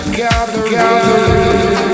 gathering